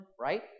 right